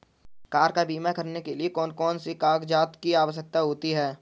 Car का बीमा करने के लिए कौन कौन से कागजात की आवश्यकता होती है?